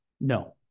No